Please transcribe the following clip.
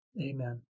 Amen